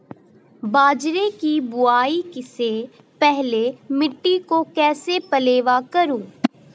बाजरे की बुआई से पहले मिट्टी को कैसे पलेवा करूं?